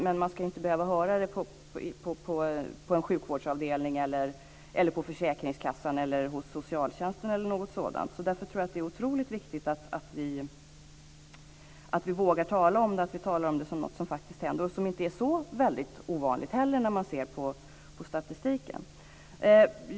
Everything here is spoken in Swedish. Men man ska inte behöva höra det på en sjukvårdsavdelning, på försäkringskassan, hos socialtjänsten eller något sådant. Därför tror jag att det är otroligt viktigt att vi vågar tala om det här och att vi talar om det som något som faktiskt händer - och som inte är så väldigt ovanligt heller om man ser på statistiken.